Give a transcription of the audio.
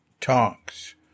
talks